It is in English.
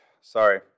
sorry